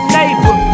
neighbor